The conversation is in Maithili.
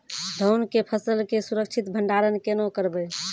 धान के फसल के सुरक्षित भंडारण केना करबै?